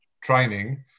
training